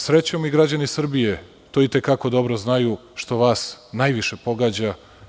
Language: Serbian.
Srećom, i građani Srbije to i te kako dobro znaju, što vas najviše pogađa.